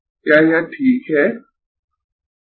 क्या यह ठीक है